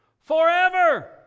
forever